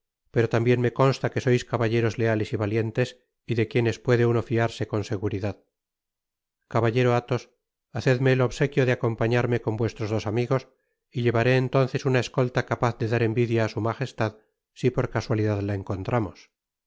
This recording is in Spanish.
pero tambien me consta que sois caballeros leales y valientes y de quienes puede uno fiarse con seguridad caballero athos hacedmeel obsequio de acompañarme con vuestros dos amigos y llevaré entonces una escolta capaz de dar envidia á su majestad si por casualidad la encontramos